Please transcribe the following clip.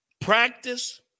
Practice